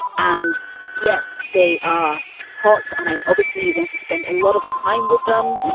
and yes, they are hot. and i obviously want to spend a lot of time with them,